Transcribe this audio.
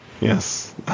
Yes